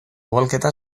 ugalketa